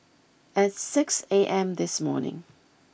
at six A M this morning